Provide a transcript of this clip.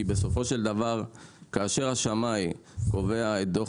כי בסופו של דבר כאשר השמאי קובע את דוח